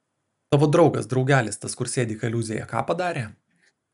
tavo draugas draugelis tas kur sėdi kaliūzėje ką padarė